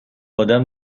آدم